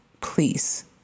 please